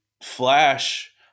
Flash